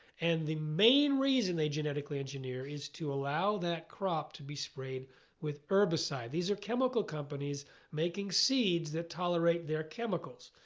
and the main reason they genetically engineer is to allow that crop to be sprayed with herbicide. these are chemical companies making seeds that tolerate their chemicals.